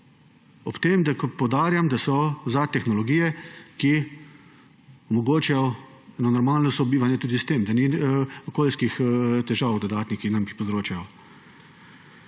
Ob tem poudarjam, da so zadaj tehnologije, ki omogočajo eno normalno sobivanje tudi s tem, da ni okoljskih težav dodatnih, ki nam jih povzročajo.